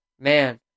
man